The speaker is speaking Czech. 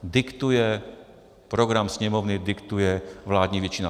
Diktuje program Sněmovny, diktuje vládní většina.